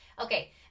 Okay